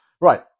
Right